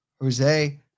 Jose